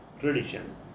tradition